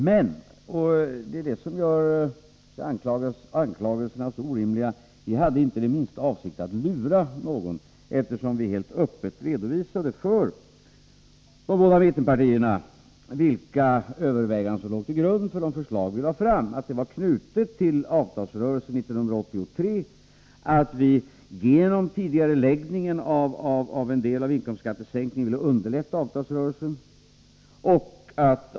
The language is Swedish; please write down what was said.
Men det som gör anklagelserna så orimliga är att vi inte hade den minsta avsikt att lura någon, eftersom vi helt öppet redovisade för de båda mittenpartierna vilka överväganden som låg till grund för de förslag som vi framlade: det var knutet till avtalsrörelsen 1983 att vi genom tidigareläggningen av en del av inkomstskattesänkningen ville underlätta avtalsrörelsen.